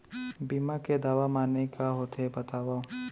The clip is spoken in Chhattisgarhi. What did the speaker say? बीमा के दावा माने का होथे बतावव?